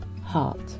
heart